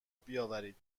بیاورید